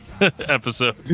episode